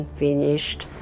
finished